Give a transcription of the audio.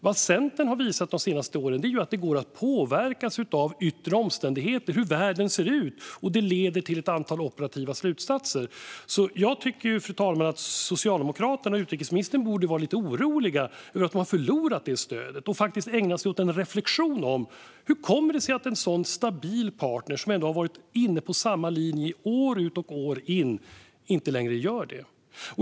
Vad Centern har visat de senaste åren är att det går att påverkas av yttre omständigheter - hur världen ser ut. Detta leder till ett antal operativa slutsatser. Jag tycker, fru talman, att Socialdemokraterna och utrikesministern borde vara lite oroliga över att ha förlorat det stödet och faktiskt ägna sig åt en reflektion över hur det kommer sig att en så stabil partner, som ändå har varit inne på samma linje år ut och år in, inte längre är det.